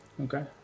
Okay